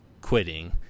quitting